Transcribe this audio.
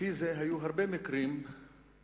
לפי זה, היו הרבה מקרים בשנות